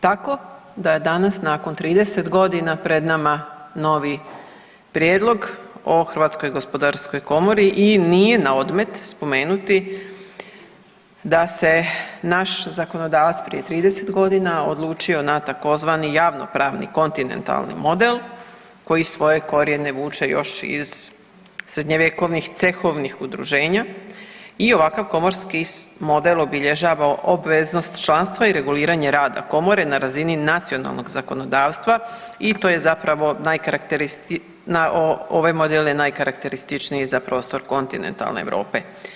Tako da je danas nakon 30 godina pred nama novi prijedlog o Hrvatskoj gospodarskoj komori i nije na odmet spomenuti da se naš zakonodavac prije 30 godina odlučio na tzv. javnopravni kontinentalni model koji svoje korijene vuče još iz srednjovjekovnih cehovnih udruženja i ovakav komorski model obilježava obveznost članstva i reguliranje rada komore na razini nacionalnog zakonodavstva i to je zapravo ovaj model je najkarakterističniji za prostor kontinentalne Europe.